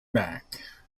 back